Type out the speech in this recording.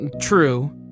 true